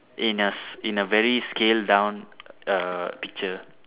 in a s~ in a very scale down uh picture